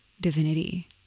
divinity